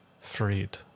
freed